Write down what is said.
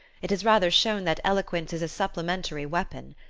it has rather shown that eloquence is a supplementary weapon.